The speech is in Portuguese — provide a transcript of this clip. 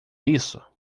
nisso